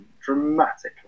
dramatically